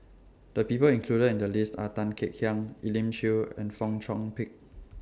The People included in The list Are Tan Kek Hiang Elim Chew and Fong Chong Pik